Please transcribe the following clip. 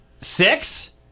Six